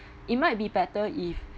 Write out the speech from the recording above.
it might be better if